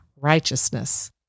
righteousness